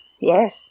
Yes